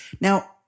now